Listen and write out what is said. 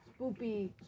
Spoopy